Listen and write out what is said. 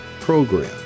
program